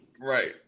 Right